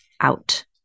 out